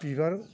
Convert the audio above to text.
बिबार